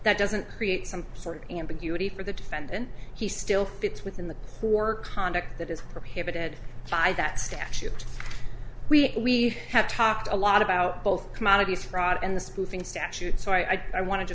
that doesn't create some sort of ambiguity for the defendant he still fits within the poor conduct that is prohibited by that statute we have talked a lot about both commodities fraud and the spoofing statute so i think i want to